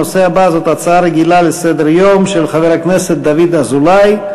הצעה רגילה של חבר הכנסת דוד אזולאי: